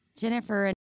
Jennifer